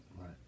Right